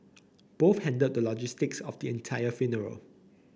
both handled the logistics of the entire funeral